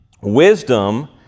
Wisdom